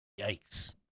Yikes